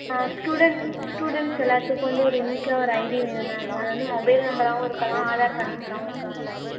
ஆ student students எல்லோத்துக்கும் வந்து ஒரு யுனீக்கான ஒரு ஐடி வேணும் மேம் அது வந்து மொபைல் நம்பராகவும் இருக்கலாம் ஆதார் கார்ட் நம்பராகவும் இருக்கலாம் மேம்